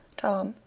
tom,